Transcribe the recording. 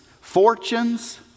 fortunes